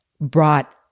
brought